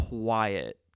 quiet